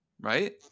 Right